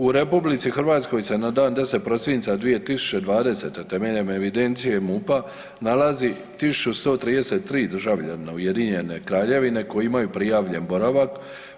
U RH se na dan 10. prosinca 2020. temeljem evidencije MUP-a nalazi 1133 državljanina Ujedinjene Kraljevine koji imaju prijavljen boravak.